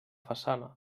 façana